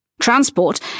Transport